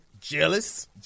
Jealous